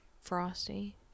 Frosty